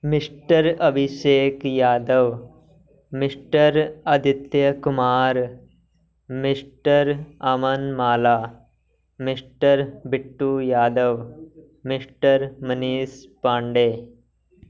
mister Abhishek Yadav mister Aditya Kumar mister Aman Mala mister Bittu Yadav mister Manish Pandey